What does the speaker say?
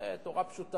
זו תורה פשוטה,